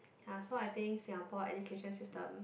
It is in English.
ya so I think Singapore education system